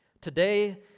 Today